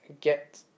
get